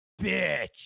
Bitch